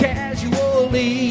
Casually